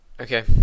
Okay